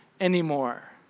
anymore